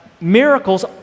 miracles